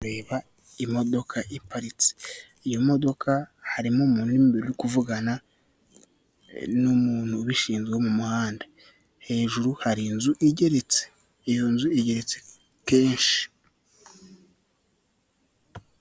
Reba imodoka iparitse. Iyo modoka harimo umuntu mo imbere uri kuvugana n'umuntu ubishinzwe wo mu muhanda, hejuru hari inzu igeretse. Iyo nzu igeretse kenshi.